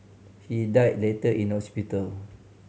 he died later in hospital